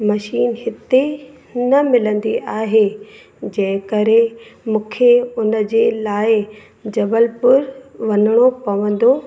machine हिते न मिलंदी आहे जंहिं करे मूंखे उन जे लाइ जबलपुर वञिणो पवंदो